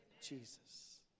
Jesus